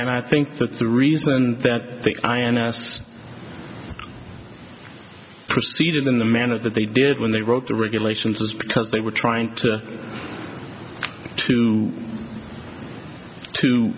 and i think that's the reason that the ins proceed in the manner that they did when they wrote the regulations because they were trying to to to